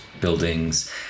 buildings